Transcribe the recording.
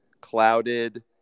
clouded